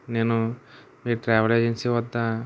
నేను మీ travel agency వద్ద